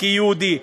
כי הוא יהודי.